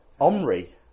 Omri